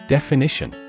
Definition